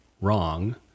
wrong